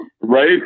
Right